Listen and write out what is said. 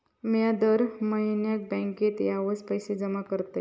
मिया दर म्हयन्याक बँकेत वायच पैशे जमा करतय